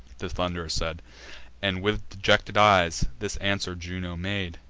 the thund'rer said and, with dejected eyes, this answer juno made